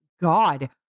God